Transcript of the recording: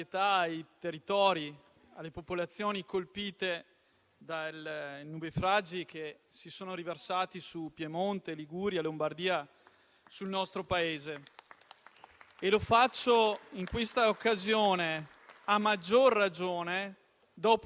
A loro va sicuramente il nostro rispetto, a prescindere dall'appartenenza politica, perché lo meritano. Oggi fare il sindaco significa cercare di dare risposte alle proprie comunità, senza mezzi, senza personale